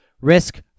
risk